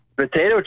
potato